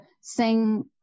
sing